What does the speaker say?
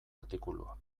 artikulua